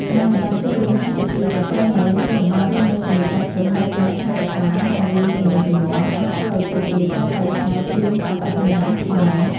ការមិនបានចូលរួមក្នុងពិធីប្រពៃណី ឬមិនបានរស់នៅជាមួយចាស់ទុំ ដែលជាអ្នកថែរក្សា និងបង្រៀនទំនៀមទម្លាប់ អាចធ្វើឱ្យពួកគេកាន់តែឆ្ងាយពីអត្តសញ្ញាណខ្មែរ។